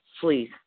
please